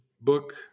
book